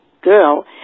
girl